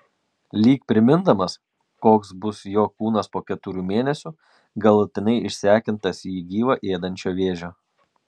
lyg primindamas koks bus jo kūnas po keturių mėnesių galutinai išsekintas jį gyvą ėdančio vėžio